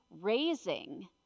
raising